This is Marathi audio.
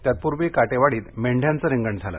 तत्पूर्वी काटेवाडीत मेंढ्यांचं रिंगण झाले